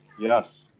Yes